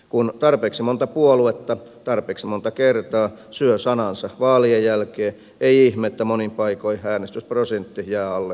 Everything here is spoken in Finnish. kun tarpeeksi monta puoluetta tarpeeksi monta kertaa syö sanansa vaalien jälkeen ei ihme että monin paikoin äänestysprosentti jää alle viidenkymmenen